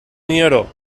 nieró